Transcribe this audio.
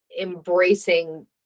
Embracing